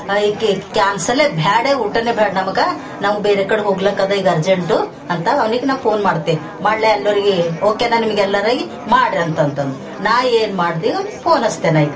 ಈಕಿಗ ಕ್ಯಾನ್ಸಲೇ ಭ್ಯಾಡೆ ಊಟ ಭ್ಯಾಡ ನಮಗೆ ನಾವು ಬೇರೆ ಕಡೆಗೆ ಹೋಗ್ಲಿಕ್ಕದ ಈಗ ಅರ್ಜೆಂಟು ಅಂತ ಅವ್ನಿಗೆ ನಾ ಫೋನ್ ಮಾಡ್ತೆ ಮಾಡಲೇ ಎಲ್ಲಾರಿಗಿ ಓಕೆನಾ ನಿಮಿಗೆಲ್ಲರಿಗೆ ಮಾಡ್ರಿ ಅಂತಂತಂದು ನಾ ಏನು ಮಾಡ್ದೀಗ ಅವ್ನಿಗೆ ಫೋನ್ ಹಚ್ತೇನೀಗ